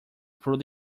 through